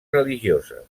religioses